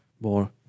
more